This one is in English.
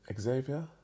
Xavier